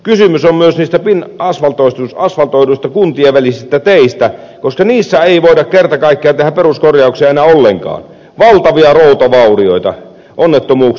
kysymys on myös niistä asvaltoiduista kuntien välisistä teistä koska niissä ei voida kerta kaikkiaan tehdä peruskorjauksia enää ollenkaan valtavia routavaurioita onnettomuuksia